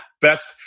best